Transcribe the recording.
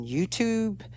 YouTube